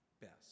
best